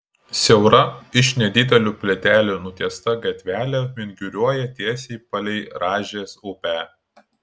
siaura iš nedidelių plytelių nutiesta gatvelė vinguriuoja tiesiai palei rąžės upę